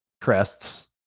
crests